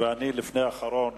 ואני הדובר שלפני האחרון.